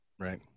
right